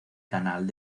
canal